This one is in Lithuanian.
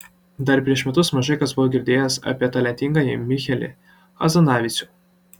dar prieš metus mažai kas buvo girdėjęs apie talentingąjį michelį hazanavicių